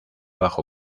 bajo